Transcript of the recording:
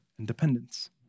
Independence